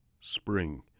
spring